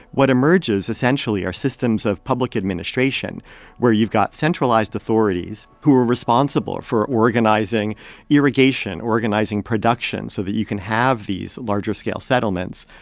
what emerges, essentially, are systems of public administration where you've got centralized authorities who are responsible for organizing irrigation, organizing production so that you can have these larger scale settlements,